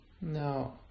No